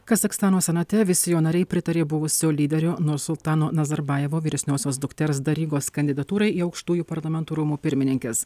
kazachstano senate visi jo nariai pritarė buvusio lyderio nursultano nazarbajevo vyresniosios dukters darigos kandidatūrai į aukštųjų parlamento rūmų pirmininkes